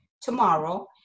tomorrow